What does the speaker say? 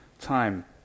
time